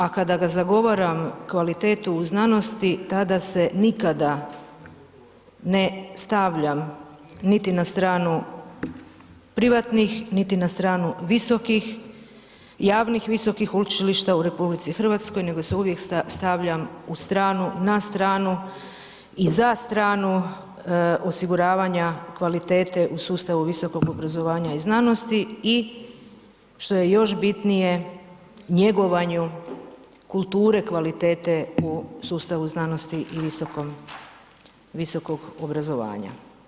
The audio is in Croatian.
A kada ga zagovaram kvalitetu u znanosti tada se nikada ne stavljam niti na stranu privatnih, niti na stranu visokih javnih visokih učilišta u Republici Hrvatskoj, nego se uvijek stavljam u stranu, na stranu i za stranu osiguravanja kvalitete u sustavu visokog obrazovanja i znanosti i što je još bitnije njegovanju kulture kvalitete po sustavu znanosti i visokog obrazovanja.